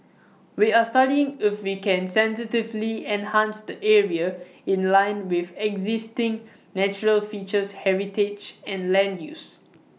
we are studying if we can sensitively enhance the area in line with existing natural features heritage and land use